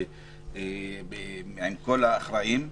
עם כל האחראים,